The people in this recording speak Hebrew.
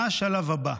מה השלב הבא?